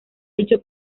dicho